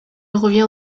revient